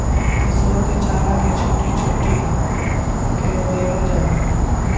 पसुअन क चारा के छोट्टी छोट्टी कै देवल जाला